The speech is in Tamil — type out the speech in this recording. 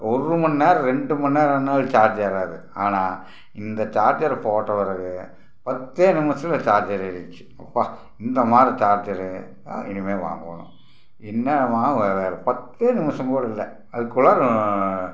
ஒரு மணி நேரம் ரெண்டு மணி நேரம்னாலும் சார்ஜ் ஏறாது ஆனால் இந்த சார்ஜரை போட்ட பிறகு பத்தே நிமிஷத்துல சார்ஜ் ஏறிடுச்சு அப்பா இந்தமாதிரி சார்ஜர் இனிமேல் வாங்கணும் என்னமா பத்தே நிமிஷம் கூட இல்லை அதுக்குள்ளார